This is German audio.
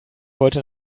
wollte